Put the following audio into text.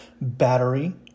battery